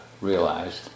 realized